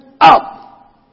up